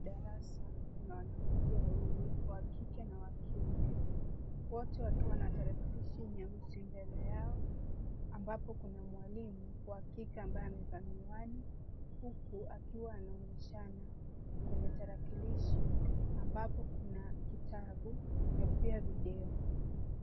Darasa, la wanafunzi wawili, wa kike na wakiume, wote wakiwa na tarakilishi nyeusi mbele yao, ambapo kuna mwalimu wa kike ambaye amevaa miwani, huku akiwa anaonyeshana kwenye tarakilishi ,ambapo kuna kitabu na pia video.